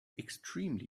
extremely